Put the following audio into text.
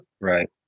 right